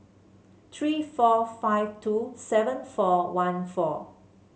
three four five two seven four one four